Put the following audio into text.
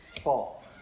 fall